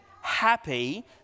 happy